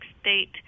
state